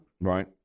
Right